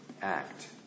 act